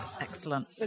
excellent